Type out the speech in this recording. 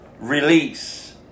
release